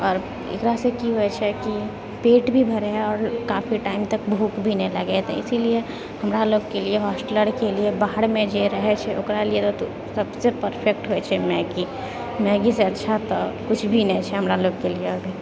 आओर एकरासँ की होइ छै कि पेट भी भरै हय आओर काफी टाइम तक भूख भी नइँ लगै हय तऽ इसीलिये हमरा लोगके लिए होस्टलर के लिए बाहरमे जे रहै छै ओकरा लिए र तऽ सभसे परफैक्ट होइ छै मैगी मैगी सऽ अच्छा तऽ कुछ भी नइँ छै हमरा लोगकऽ लिये अभी